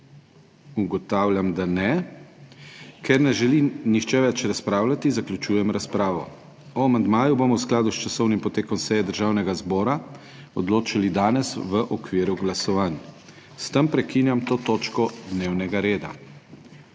Ugotavljam, da ne. Ker ne želi nihče več razpravljati, zaključujem razpravo. O amandmaju bomo v skladu s časovnim potekom seje Državnega zbora odločali danes v okviru glasovanj. S tem prekinjam to točko dnevnega reda.